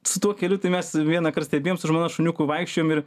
su tuo keliu tai mes vienąkart stebėjom su žmona šuniuku vaikščiojom ir